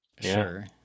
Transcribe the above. Sure